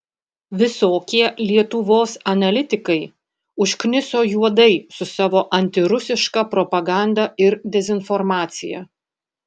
visokie lietuvos analitikai užkniso juodai su savo antirusiška propaganda ir dezinformacija